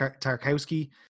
Tarkowski